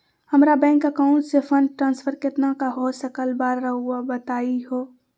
हमरा bank account से fund transfer कितना का हो सकल बा रुआ बताई तो?